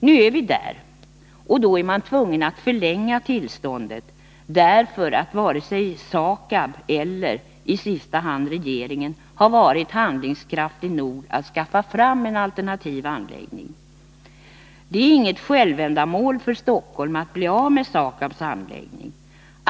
Nu är vi där, och då är man tvungen att förlänga tillståndet, eftersom varken SAKAB eller — i sista hand — regeringen varit handlingskraftig nog att skaffa fram en alternativ anläggning. Det är inget självändamål för Stockholm att bli av med SAKAB:s anläggning.